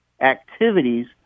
activities